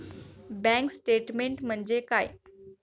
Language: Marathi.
बँक स्टेटमेन्ट म्हणजे काय?